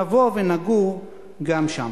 לכשירווח, נבוא ונגור גם שם.